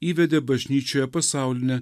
įvedė bažnyčioje pasaulinę